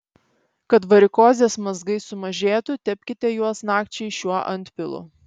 kad varikozės mazgai sumažėtų tepkite juos nakčiai šiuo antpilu